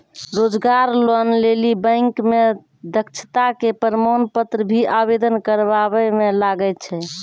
रोजगार लोन लेली बैंक मे दक्षता के प्रमाण पत्र भी आवेदन करबाबै मे लागै छै?